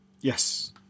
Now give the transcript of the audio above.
Yes